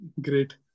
Great